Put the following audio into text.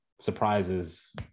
surprises